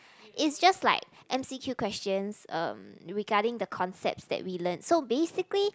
it's just like m_c_q questions um regarding the concepts that we learn so basically